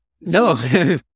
No